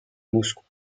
moscou